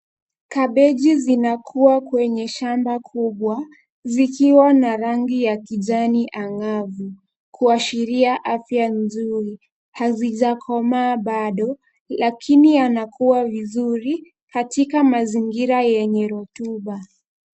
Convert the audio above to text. Kabeji zinakua kwenye shamba kubwa zikiwa na rangi ya kijani angavu kuashiria afya nzuri. Hazijakomaa bado lakini yanakua vizuri katika mazingira yenye rutuba.